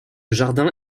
jardin